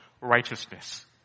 righteousness